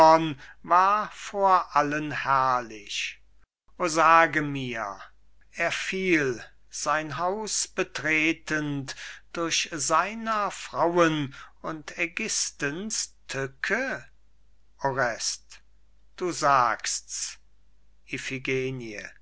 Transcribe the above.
vor allen herrlich o sage mir er fiel sein haus betretend durch seiner frauen und ägisthens tücke orest du sagst's